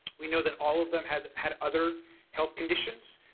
we know that all of them have had other health conditions.